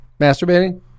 Masturbating